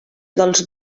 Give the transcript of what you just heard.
dels